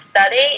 study